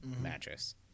mattress